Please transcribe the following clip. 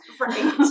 Right